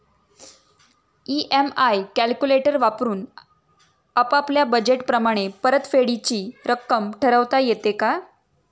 EMI calculator वापरून आपापल्या budget प्रमाणे परतफेडीची रक्कम ठरवता येते का?